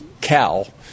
Cal